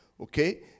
Okay